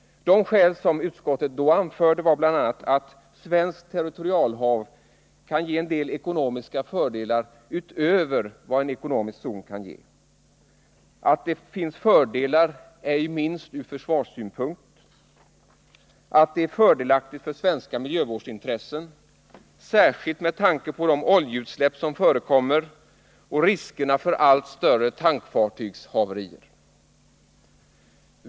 De skäl som utskottet då anförde var bl.a. att svenskt territorialhav kan ge en del ekonomiska fördelar utöver vad en ekonomisk zon ger, att det finns fördelar ”ej minst ur försvarssynpunkt”, att det är fördelaktigt för svenska miljövårdsintressen, särskilt med tanke på de oljeutsläpp som förekommer och riskerna för allt större tankfartygshaverier.